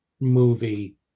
movie